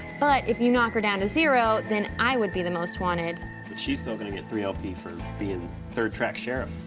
but if you knock her down to zero, then i would be the most wanted. but she's still gonna get three lp for being third track sheriff.